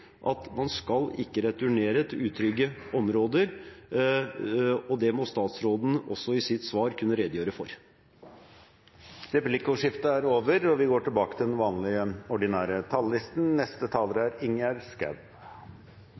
at man ikke skal returnere til utrygge områder, og det må statsråden også i sitt svar redegjøre for. Replikkordskiftet er omme. Det er ufred og